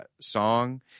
song